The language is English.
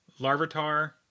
Larvitar